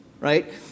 right